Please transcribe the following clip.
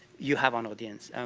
you have an audience.